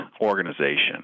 organization